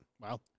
Wow